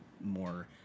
more